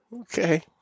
Okay